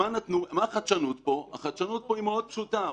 החדשנות פה היא מאוד פשוטה.